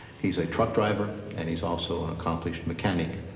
he's a truck driver. and he's also an accomplished mechanic.